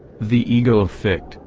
the ego of fichte,